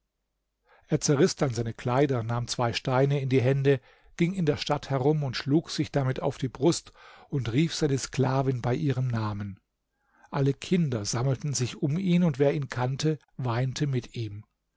er zerriß dann seine kleider nahm zwei steine in die hände ging in der stadt herum und schlug sich damit auf die brust und rief seine sklavin bei ihrem namen alle kinder sammelten sich um ihn und wer ihn kannte weinte mit ihm